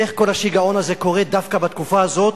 איך כל השיגעון הזה קורה דווקא בתקופה הזאת,